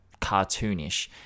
cartoonish